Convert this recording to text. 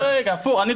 אני דואג לכולם.